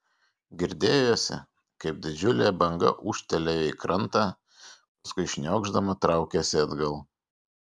girdėjosi kaip didžiulė banga ūžtelėjo į krantą paskui šniokšdama traukėsi atgal